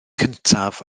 cyntaf